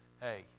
hey